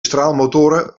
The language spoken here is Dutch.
straalmotoren